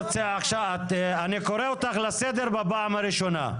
--- אני קורא אותך לסדר בפעם הראשונה.